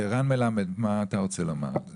רן מלמד, מה אתה רוצה לומר על זה?